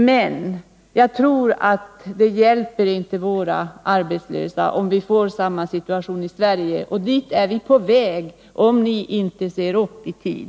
Men det hjälper inte våra arbetslösa om vi får samma situation i Sverige. Och dit är vi på väg — ni måste se upp i tid.